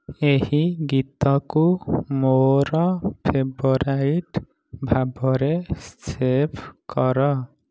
ଏହି ଗୀତକୁ ମୋର ଫେଭରାଇଟ୍ ଭାବରେ ସେଭ୍ କର